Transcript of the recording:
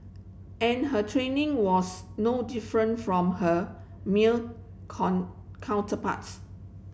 and her training was no different from her meal counterparts